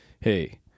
Hey